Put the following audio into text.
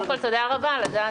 קודם כול, תודה רבה לדעת.